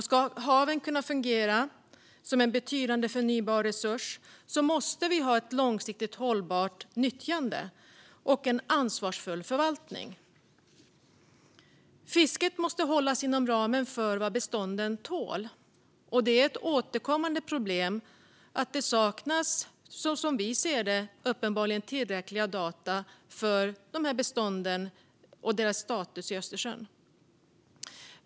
Ska haven kunna fungera som en betydande förnybar resurs måste vi ha ett långsiktigt och hållbart nyttjande och en ansvarsfull förvaltning. Fisket måste hållas inom ramen för vad bestånden tål. Det är ett återkommande problem att det uppenbarligen saknas, som vi ser det, tillräckliga data för dessa bestånd och deras status i Östersjön.